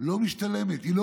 לא משתלמת, היא לא